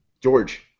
George